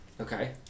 Okay